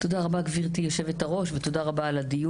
תודה רבה גברתי יושבת הראש על הדיון.